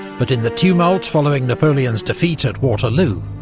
but in the tumult following napoleon's defeat at waterloo,